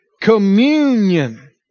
Communion